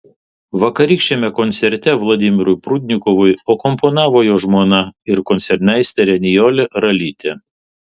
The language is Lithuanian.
vakarykščiame koncerte vladimirui prudnikovui akompanavo jo žmona ir koncertmeisterė nijolė ralytė